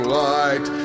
light